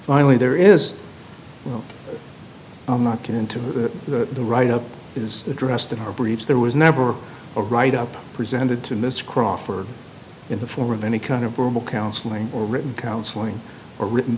finally there is no i'm not going to the write up is addressed in our briefs there was never a write up presented to mr crawford in the form of any kind of verbal counseling or written counseling or written